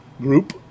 group